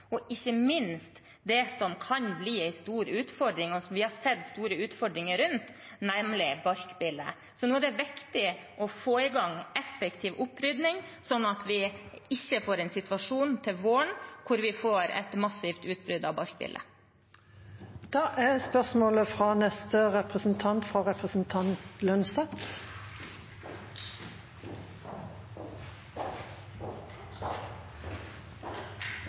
og ikke minst det som kan bli en stor utfordring – og der vi har sett store utfordringer – nemlig barkbille. Nå er det viktig å få i gang en effektiv opprydning, sånn at vi ikke får en situasjon til våren der vi får et massivt utbrudd av